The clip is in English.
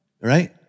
right